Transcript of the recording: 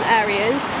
areas